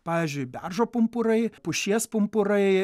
pavyzdžiui beržo pumpurai pušies pumpurai